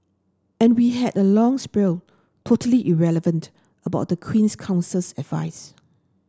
and we had a long spiel totally irrelevant about the Queen's Counsel's advice